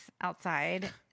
outside